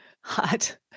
hot